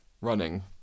running